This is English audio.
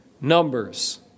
Numbers